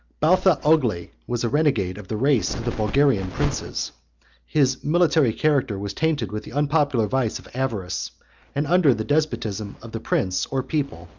balthi ogli was a renegade of the race of the bulgarian princes his military character was tainted with the unpopular vice of avarice and under the despotism of the prince or people,